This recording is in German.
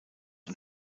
und